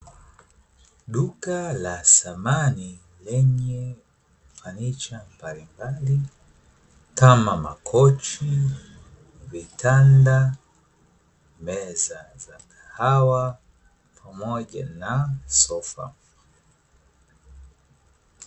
Duka la thamani lenye fanicha mbalimbali kama: makochi, vitanda, meza za kahawa pamoja na sofa.